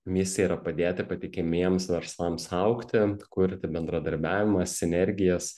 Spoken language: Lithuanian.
misija yra padėti patikimiems verslams augti kurti bendradarbiavimą sinergijas